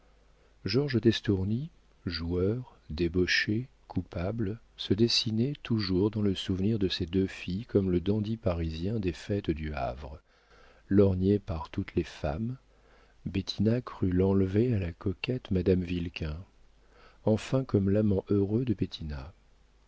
georges d'estourny joueur débauché coupable se dessinait toujours dans le souvenir de ces deux filles comme le dandy parisien des fêtes du havre lorgné par toutes les femmes bettina crut l'enlever à la coquette madame vilquin enfin comme l'amant heureux de